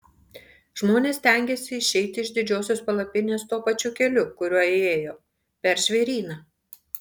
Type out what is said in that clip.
žmonės stengiasi išeiti iš didžiosios palapinės tuo pačiu keliu kuriuo įėjo per žvėryną